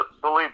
Believe